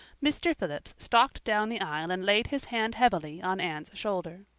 mr. phillips stalked down the aisle and laid his hand heavily on anne's shoulder.